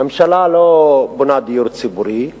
הממשלה לא בונה דיור ציבורי כיום,